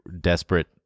desperate